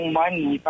money